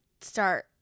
start